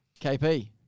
KP